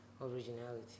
originality